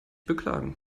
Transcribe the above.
beklagen